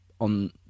On